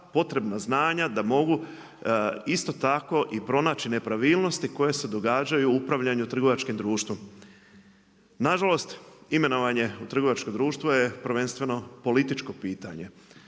potrebna znanja da mogu isto tako i pronaći nepravilnosti koje se događaju u upravljanju trgovačkim društvom. Na žalost imenovan je u trgovačko društvo prvenstveno političko pitanje.